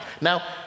Now